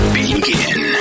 Begin